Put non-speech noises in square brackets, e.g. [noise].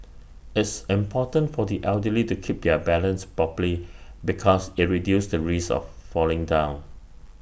[noise] it's important for the elderly to keep their balance properly because IT reduces the risk of falling down